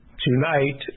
Tonight